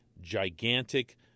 gigantic